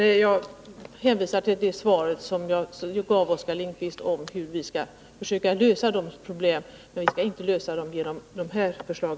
Jag hänvisar till det svar jag gav Oskar Lindkvist om hur vi skall försöka lösa problemen. Men vi skall inte lösa dem med edra förslag.